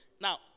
Now